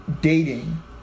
dating